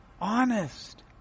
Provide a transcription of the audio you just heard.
honest